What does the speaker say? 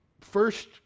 First